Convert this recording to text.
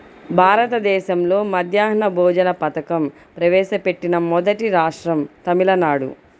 భారతదేశంలో మధ్యాహ్న భోజన పథకం ప్రవేశపెట్టిన మొదటి రాష్ట్రం తమిళనాడు